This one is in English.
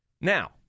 Now